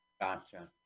Gotcha